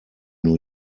new